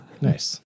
nice